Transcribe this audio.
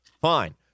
Fine